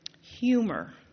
humor